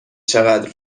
چقدر